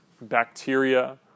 bacteria